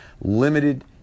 limited